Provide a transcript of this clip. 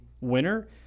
winner